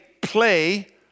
play